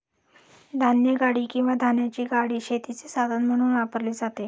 धान्यगाडी किंवा धान्याची गाडी शेतीचे साधन म्हणून वापरली जाते